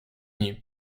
nim